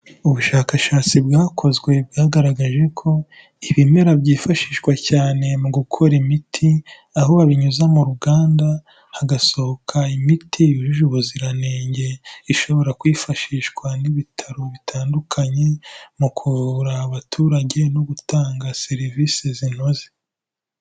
Ubushakashatsi bwakozwe, bwagaragaje ko ibimera byifashishwa cyane mu gukora imiti, aho babinyuza mu ruganda, hagasohoka imiti yujuje ubuziranenge, ishobora kwifashishwa n'ibitaro bitandukanye, mu kuvura abaturage no gutanga serivisi zinoze.